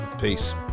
Peace